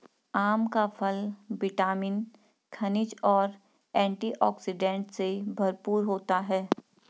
आम का फल विटामिन, खनिज और एंटीऑक्सीडेंट से भरपूर होता है